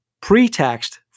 pre-taxed